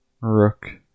Rook